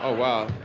ah wow.